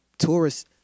tourists